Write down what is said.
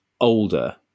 older